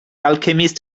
alchemist